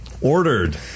Ordered